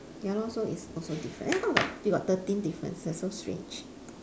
ya lor so it's also different eh how come you got you got thirteen differences so strange